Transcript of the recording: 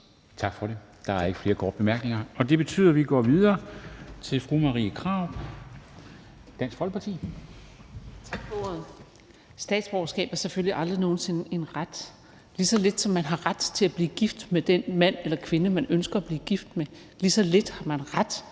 Tak for det. Der er ikke flere korte bemærkninger, og det betyder, at vi går videre til fru Marie Krarup, Dansk Folkeparti. Kl. 17:35 (Ordfører) Marie Krarup (DF): Tak for ordet. Statsborgerskab er selvfølgelig aldrig nogen sinde en ret. Lige så lidt som at man har ret til at blive gift med den mand eller kvinde, man ønsker at blive gift med, lige så lidt har man ret